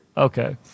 Okay